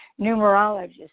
numerologists